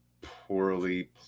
poorly